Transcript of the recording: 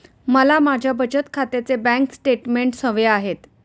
मला माझ्या बचत खात्याचे बँक स्टेटमेंट्स हवे आहेत